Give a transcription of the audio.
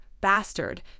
bastard